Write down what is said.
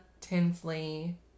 Tinsley